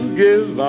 give